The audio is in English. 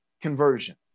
conversion